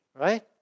right